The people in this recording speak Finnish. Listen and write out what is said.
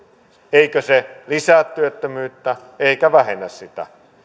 eikö se lisää työttömyyttä eikä vähennä sitä